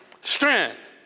strength